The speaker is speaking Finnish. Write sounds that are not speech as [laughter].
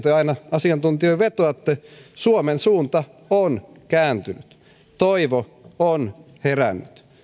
[unintelligible] te aina asiantuntijoihin vetoatte suomen suunta on kääntynyt toivo on herännyt